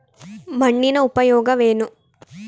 ಮಣ್ಣಿನ ಉಪಯೋಗವೇನು?